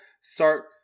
start